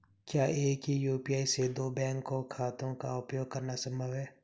क्या एक ही यू.पी.आई से दो बैंक खातों का उपयोग करना संभव है?